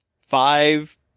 five